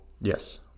Yes